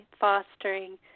fostering